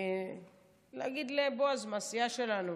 להגיד לבועז מהסיעה שלנו